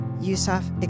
Yusuf